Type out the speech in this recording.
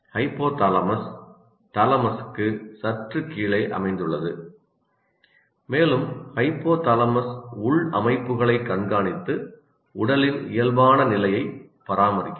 hypothalamus தாலமஸுக்கு சற்று கீழே அமைந்துள்ளது மேலும் ஹைபோதாலமஸ் உள் அமைப்புகளை கண்காணித்து உடலின் இயல்பான நிலையை பராமரிக்கிறது